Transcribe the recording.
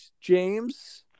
James